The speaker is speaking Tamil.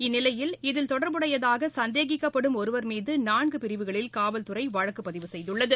இந்நிலையில் இதில் தொடர்புடையதாக சந்தேகிக்கப்படும் ஒருவர் மீது நான்கு பிரிவுகளில் காவல்துறை வழக்கு பதிவு செய்துள்ளது